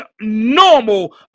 normal